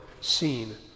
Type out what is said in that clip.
seen